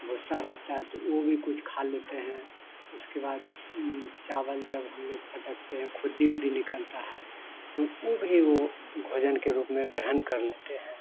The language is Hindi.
भूसा रहता है तो वो भी कुछ खा लेते हैं उसके बाद चावल जब हम लोग फटकते हैं खुद्दी उद्दी निकलता है तो ऊ भी वो भोजन के रूप में ग्रहण कर लेते हैं